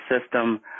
system